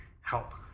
help